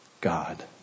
God